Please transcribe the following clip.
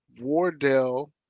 Wardell